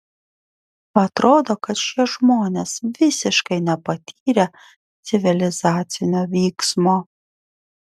atrodo kad šie žmonės visiškai nepatyrę civilizacinio vyksmo